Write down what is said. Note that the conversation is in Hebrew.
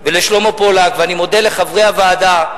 ושלמה פולק, ואני מודה לחברי הוועדה,